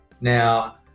Now